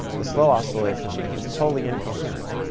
the slow oscillation like it's totally incoherent.